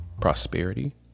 prosperity